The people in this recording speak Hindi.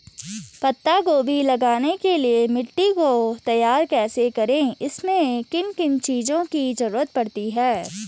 पत्ता गोभी लगाने के लिए मिट्टी को तैयार कैसे करें इसमें किन किन चीज़ों की जरूरत पड़ती है?